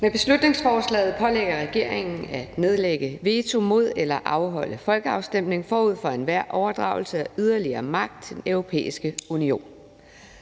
Beslutningsforslaget pålægger regeringen at nedlægge veto mod eller afholde folkeafstemning forud for enhver overdragelse af yderligere magt til Den Europæiske Union.